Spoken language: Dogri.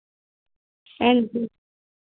हांजी